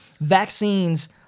vaccines